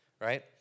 Right